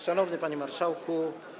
Szanowny Panie Marszałku!